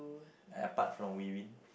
apart from